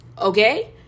Okay